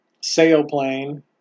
Sailplane